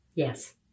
yes